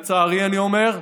לצערי, אני אומר.